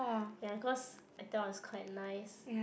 ya cause I thought was quite nice